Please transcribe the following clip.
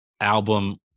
album